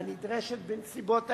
הנדרשת בנסיבות העניין.